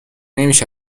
نمیشه